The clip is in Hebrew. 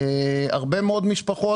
הרבה מאוד משפחות.